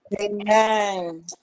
Amen